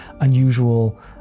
unusual